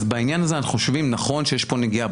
בעניין הזה אנחנו חושבים, נכון שיש פה נגיעה.